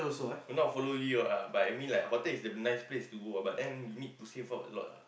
not follow you ah but I mean like hotel is a nice place to go ah but then you need to save up a lot ah